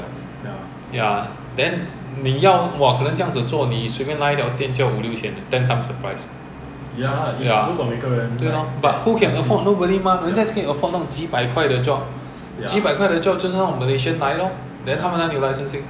and they carry business ya unlicensed business electrician carpenter everything but Singapore custom let them come in everything ah then 变成我们 singaporean 就 even 有这个 skill set 的也没有工作